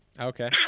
Okay